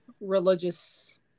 religious